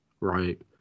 right